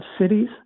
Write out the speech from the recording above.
cities